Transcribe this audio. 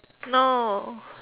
no